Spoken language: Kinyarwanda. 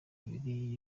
ibiri